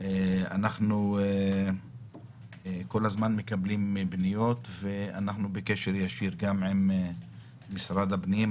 אנחנו כל הזמן מקבלים פניות ואנחנו גם בקשר ישיר עם משרד הפנים,